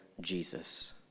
Jesus